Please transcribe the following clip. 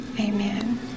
Amen